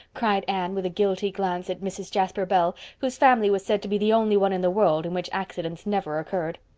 cried anne, with a guilty glance at mrs. jasper bell, whose family was said to be the only one in the world in which accidents never occurred.